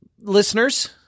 listeners